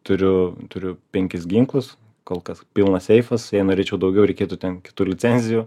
turiu turiu penkis ginklus kol kas pilnas seifas vieną rečiau daugiau reikėtų ten kitų licenzijų